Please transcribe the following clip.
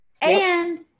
and-